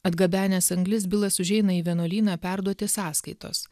atgabenęs anglis bilas užeina į vienuolyną perduoti sąskaitos